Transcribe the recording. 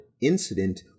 incident